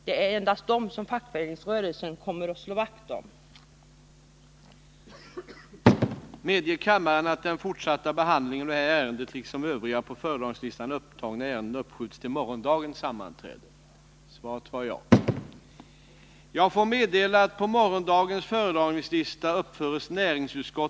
Det är endast fackföreningsrörelsen som kommer att slå vakt om dem.